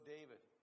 David